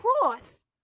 cross